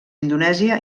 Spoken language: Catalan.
indonèsia